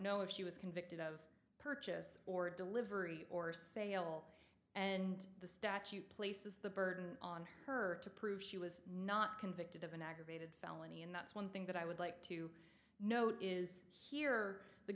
know if she was convicted of purchase or delivery or sale and the statute places the burden on her to prove she was not convicted of an aggravated felony and that's one thing that i would like to note is here the